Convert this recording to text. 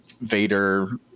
Vader